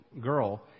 girl